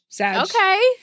Okay